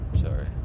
sorry